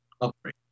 upgrade